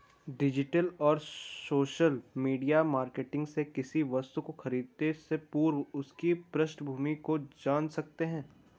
digital और social media marketing से किसी वस्तु को खरीदने से पूर्व उसकी पृष्ठभूमि को जान सकते है